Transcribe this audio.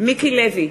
מיקי לוי,